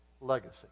legacy